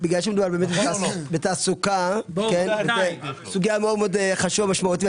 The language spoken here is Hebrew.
בגלל שמדובר בתעסוקה סוגיה מאוד חשובה ומשמעותית,